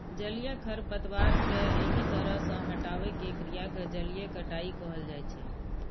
जलीय खरपतवार कें एहि तरह सं हटाबै के क्रिया कें जलीय कटाइ कहल जाइ छै